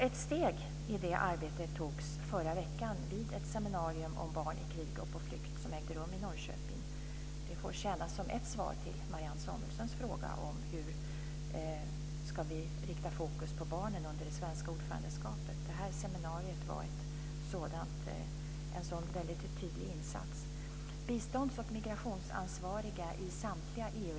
Ett steg i det arbetet togs förra veckan vid ett seminarium om barn i krig och på flykt som ägde rum i Norrköping. Det får tjäna som ett svar på Marianne Samuelssons fråga om hur vi ska rikta fokus på barnen under det svenska ordförandeskapet. Det här seminariet var en sådan tydlig insats.